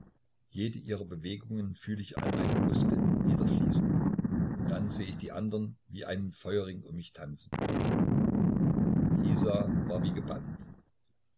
jede ihrer bewegungen fühl ich an meinen muskeln niederfließen und dann seh ich die anderen wie einen feuerring um mich tanzen isa war wie gebannt